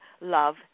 love